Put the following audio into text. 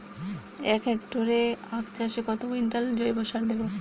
এক হেক্টরে আখ চাষে কত কুইন্টাল জৈবসার দেবো?